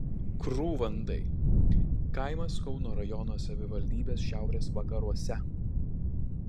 krūvandai kaimas kauno rajono savivaldybės šiaurės vakaruose